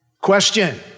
Question